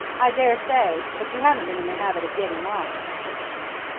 i daresay. but you haven't been in the habit of getting mine, i said firmly.